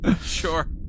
Sure